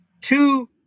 Two